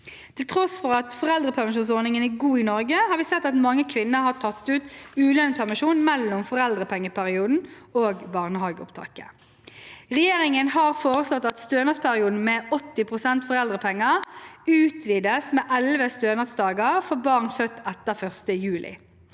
Til tross for at foreldrepermisjonsordningen er god i Norge, har vi sett at mange kvinner har tatt ut ulønnet permisjon mellom foreldrepengeperioden og barnehageopptaket. Regjeringen har foreslått at stønadsperioden med 80 pst. foreldrepenger utvides med 11 stønadsdager for barn født etter 1. juli.